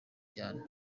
cyane